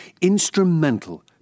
instrumental